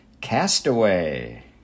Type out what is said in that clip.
Castaway